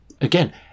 Again